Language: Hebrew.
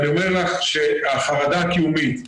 אני אומר לך שהחרדה הקיומית,